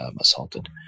assaulted